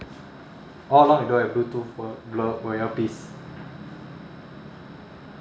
all along you don't have bluetooth blue~ earpiece